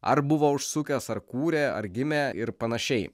ar buvo užsukęs ar kūrė ar gimė ir panašiai